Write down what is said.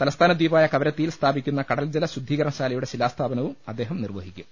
തലസ്ഥാന ദ്വീപായ കവരത്തിയിൽ സ്ഥാപിക്കുന്ന കടൽജല ശുദ്ധീകരണശാലയുടെ ശിലാ സ്ഥാപനവും അദ്ദേഹം നിർവഹിക്കും